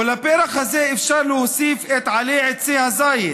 ולפרח הזה אפשר להוסיף את עלי עצי הזית,